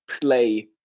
play